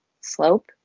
slope